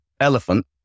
elephant